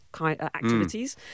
activities